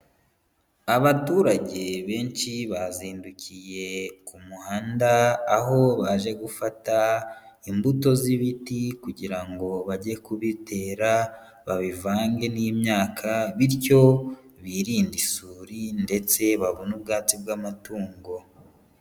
Abaturage benshi bazindukiye ku muhanda aho baje gufata imbuto zibiti kugira ngo bajye kubitera, babivange n'imyaka bityo biririnde isuri ndetse babone ubwatsi bw'amatungo.